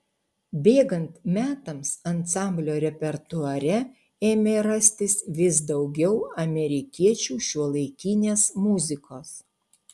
bėgant metams ansamblio repertuare ėmė rastis vis daugiau amerikiečių šiuolaikinės muzikos